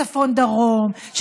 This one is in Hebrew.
צפון ודרום,